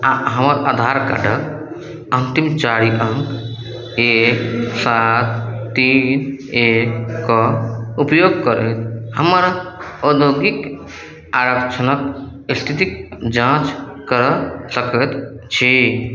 आ हमर आधार कार्डक अन्तिम चारि अङ्क एक सात तीन एकके उपयोग करैत हमर औद्योगिक आरक्षणक स्थितिक जाँच कऽ सकैत छी